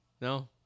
No